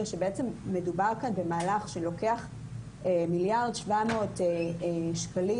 שלמעשה מדובר כאן במהלך שלוקח 1.7 מיליארד שקלים